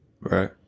Right